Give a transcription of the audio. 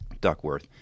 Duckworth